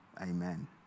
amen